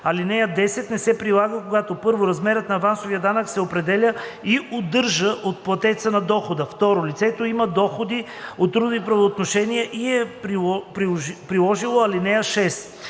Алинея 10 не се прилага, когато: 1. размерът на авансовия данък се определя и удържа от платеца на дохода; 2. лицето има доходи от трудови правоотношения и е приложило ал. 6.